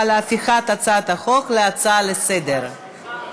על הפיכת הצעת החוק להצעה לסדר-היום.